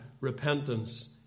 repentance